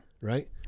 right